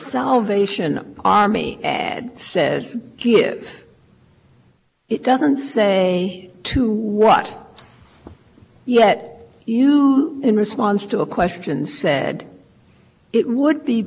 salvation army says he is it doesn't say to what yet you in response to a question said it would be